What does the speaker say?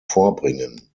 vorbringen